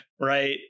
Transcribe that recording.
Right